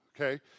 okay